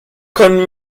können